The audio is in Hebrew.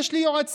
יש לי יועצים,